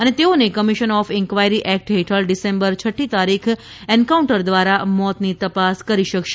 અને તેઓને commission of inquiry act હેઠળ ડીસેંબર છઠ્ઠી તારીખ એન્કાઉન્ટર દ્વારા મોતની તપાસ કરી શકશે